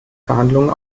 verhandlungen